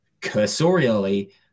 cursorially